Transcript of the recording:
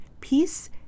peace